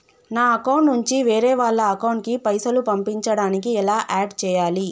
నా అకౌంట్ నుంచి వేరే వాళ్ల అకౌంట్ కి పైసలు పంపించడానికి ఎలా ఆడ్ చేయాలి?